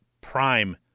prime